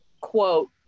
quote